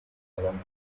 along